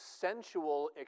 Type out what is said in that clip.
sensual